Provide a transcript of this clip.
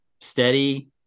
steady